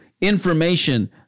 information